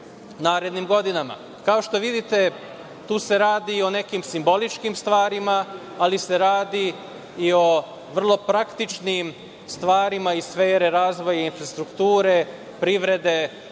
narednim godinama. Kao što vidite, tu se radi o nekim simboličkim stvarima, ali se radi i o vrlo praktičnim stvarima iz sfere razvoja infrastrukture, privrede